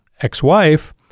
ex-wife